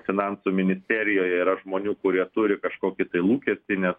finansų ministerijoje yra žmonių kurie turi kažkokį tai lūkestį